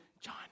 John